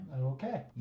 Okay